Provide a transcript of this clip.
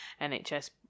NHS